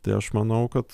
tai aš manau kad